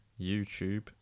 YouTube